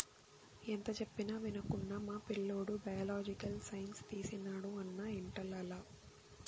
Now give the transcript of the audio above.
ఎంత చెప్పినా వినకుండా మా పిల్లోడు బయలాజికల్ సైన్స్ తీసినాడు అన్నా ఇంటర్లల